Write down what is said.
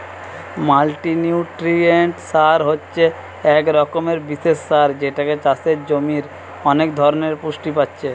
multinutrient সার হচ্ছে এক রকমের বিশেষ সার যেটাতে চাষের জমির অনেক ধরণের পুষ্টি পাচ্ছে